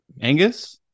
Angus